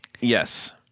Yes